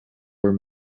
were